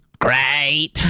Great